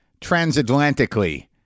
transatlantically